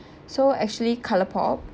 so actually colour pop